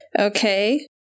Okay